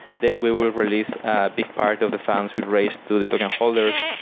then we will release a big part of the funds we raised to the token holders,